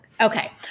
Okay